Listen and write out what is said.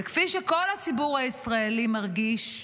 וכפי שכל הציבור הישראלי מרגיש,